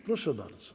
Proszę bardzo.